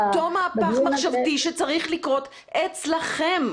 מהפך מחשבתי שצריך לקרות אצלכם.